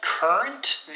Current